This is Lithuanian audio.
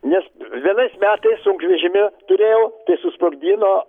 nes vienais metais sunkvežimį turėjau tai susprogdino